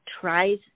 tries